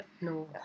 No